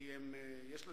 כי יש כוח